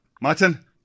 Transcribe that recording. Martin